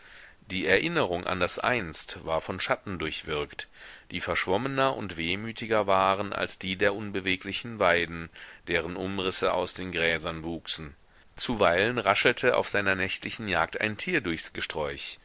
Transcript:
die erinnerung an das einst war von schatten durchwirkt die verschwommener und wehmütiger waren als die der unbeweglichen weiden deren umrisse aus den gräsern wuchsen zuweilen raschelte auf seiner nächtlichen jagd ein tier durchs gesträuch